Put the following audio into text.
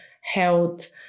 health